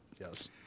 yes